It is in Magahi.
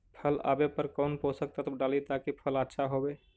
फल आबे पर कौन पोषक तत्ब डाली ताकि फल आछा होबे?